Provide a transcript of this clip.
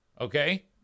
Okay